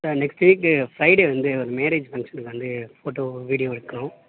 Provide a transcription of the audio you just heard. sir next week Friday வந்து ஒரு marriage ஃபங்ஷனுக்கு வந்து ஃபோட்டோ வீடியோ எடுக்கணும்